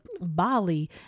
Bali